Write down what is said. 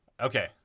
okay